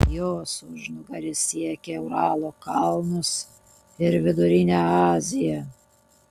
jos užnugaris siekia uralo kalnus ir vidurinę aziją